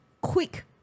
quick